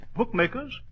bookmakers